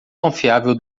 confiável